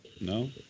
No